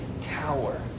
tower